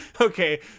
Okay